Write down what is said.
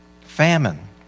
Famine